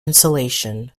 insulation